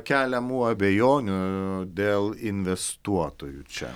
keliamų abejonių dėl investuotojų čia